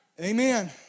Amen